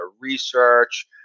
research